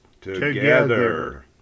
together